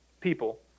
people